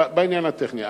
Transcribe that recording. בעניין הטכני.